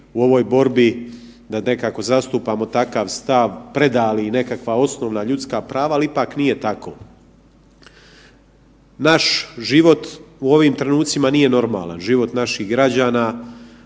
u ovoj borbi da nekako zastupamo takav stav predali nekakva osnovna ljudska prava, ali ipak nije tako. Naš život u ovim trenucima nije normalan, život naših građana